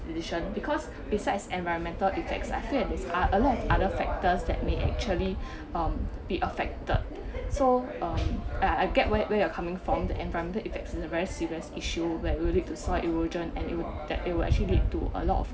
decision because besides environmental effects I feel is uh a lot of other factors that may actually um be affected so um I I get where where you're coming from the environmental effects is a very serious issue where will lead to soil erosion and that it it will actually lead to a lot of